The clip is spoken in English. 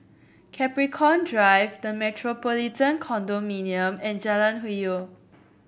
Capricorn Drive The Metropolitan Condominium and Jalan Hwi Yoh